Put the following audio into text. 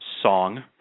song